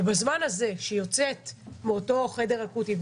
ובזמן הזה שהיא יוצאת מאותו חדר אקוטי,